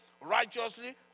righteously